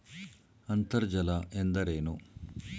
ಅಂತರ್ಜಲ ಎಂದರೇನು?